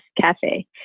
Cafe